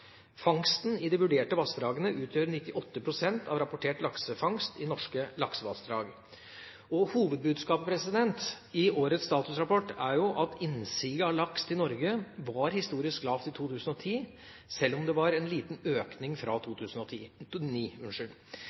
Fangsten i de vurderte vassdragene utgjør 98 pst. av rapportert laksefangst i norske laksevassdrag. Hovedbudskapet i årets statusrapport er at innsiget av laks til Norge var historisk lavt i 2010, sjøl om det var en liten økning fra 2009. Den mest markante endringen i status for laksebestandene for 2009 til 2010